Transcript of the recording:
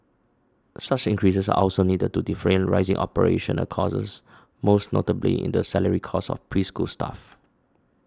such increases are also needed to defray rising operational costs most notably in the salary costs of preschool staff